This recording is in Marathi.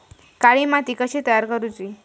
काळी माती कशी तयार करूची?